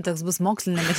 toks bus mokslininkas